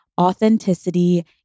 authenticity